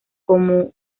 como